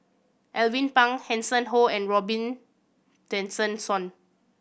Alvin Pang Hanson Ho and Robin Tessensohn